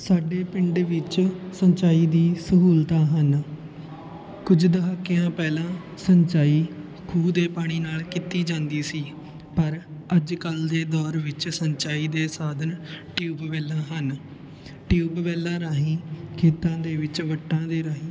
ਸਾਡੇ ਪਿੰਡ ਵਿੱਚ ਸਿੰਚਾਈ ਦੀ ਸਹੂਲਤਾਂ ਹਨ ਕੁਝ ਦਹਾਕਿਆਂ ਪਹਿਲਾਂ ਸਿੰਚਾਈ ਖੂਹ ਦੇ ਪਾਣੀ ਨਾਲ ਕੀਤੀ ਜਾਂਦੀ ਸੀ ਪਰ ਅੱਜ ਕੱਲ੍ਹ ਦੇ ਦੌਰ ਵਿੱਚ ਸਿੰਚਾਈ ਦੇ ਸਾਧਨ ਟਿਊਬਵੈੱਲਾਂ ਹਨ ਟਿਊਬਵੈੱਲਾਂ ਰਾਹੀਂ ਖੇਤਾਂ ਦੇ ਵਿੱਚ ਵੱਟਾਂ ਦੇ ਰਾਹੀਂ